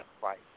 fight